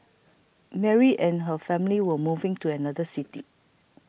Mary and her family were moving to another city